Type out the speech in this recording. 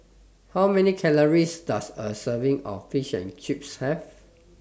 How Many Calories Does A Serving of Fish and Chips Have